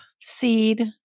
seed